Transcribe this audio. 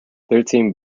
thirteen